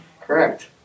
Correct